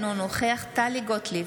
אינו נוכח טלי גוטליב,